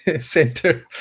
center